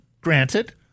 granted